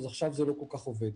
אז עכשיו זה לא כל כך עובד.